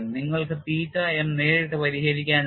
നിങ്ങൾക്ക് തീറ്റ m നേരിട്ട് പരിഹരിക്കാനാകും